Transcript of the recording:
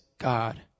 God